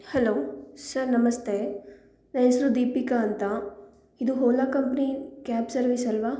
hello sir ನಮಸ್ತೆ ನನ್ನ ಹೆಸರು ದೀಪಿಕಾ ಅಂತ ಇದು ಹೋಲ ಕಂಪ್ನಿ ಕ್ಯಾಬ್ ಸರ್ವಿಸ್ ಅಲ್ಲವಾ